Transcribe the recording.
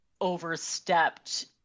overstepped